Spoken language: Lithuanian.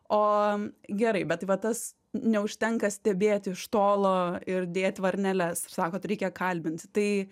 o gerai bet va tas neužtenka stebėti iš tolo ir dėt varneles ir sakot reikia kalbinti tai